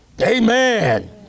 Amen